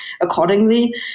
accordingly